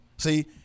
See